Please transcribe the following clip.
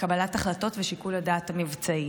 בקבלת החלטות ושיקול הדעת המבצעי.